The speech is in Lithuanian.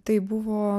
tai buvo